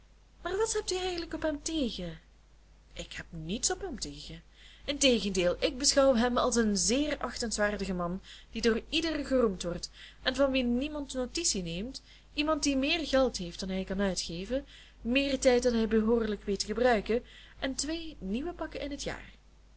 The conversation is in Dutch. maar wat hebt u eigenlijk op hem tegen ik hèb niets op hem tegen integendeel ik beschouw hem als een zeer achtenswaardig man die door ieder geroemd wordt en van wien niemand notitie neemt iemand die meer geld heeft dan hij kan uitgeven meer tijd dan hij behoorlijk weet te gebruiken en twee nieuwe pakken in het jaar